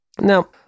Now